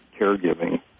caregiving